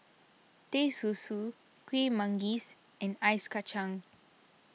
Teh Susu Kuih Manggis and Ice Kachang